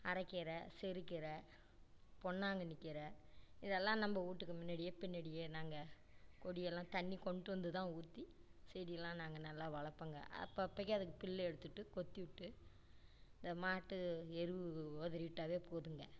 அரைக்கீரை சிறுக்கீரை பொன்னாங்கண்ணிக் கீரை இதெல்லாம் நம்ம வீட்டுக்கு முன்னாடியே பின்னாடியே நாங்கள் கொடி எல்லாம் தண்ணி கொண்ட்டு வந்துதான் ஊற்றி செடியெல்லாம் நாங்கள் நல்லா வளர்ப்போங்க அப்போ அப்போக்கி அதுக்கு புல்லு எடுத்துட்டு கொத்திவிட்டு இந்த மாட்டு எரு உதறிவுட்டாவே போதுங்க